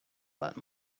that